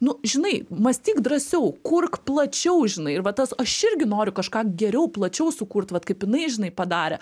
nu žinai mąstyk drąsiau kurk plačiau žinai ir va tas aš irgi nori kažką geriau plačiau sukurt vat kaip jinai žinai padarė